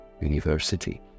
university